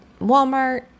walmart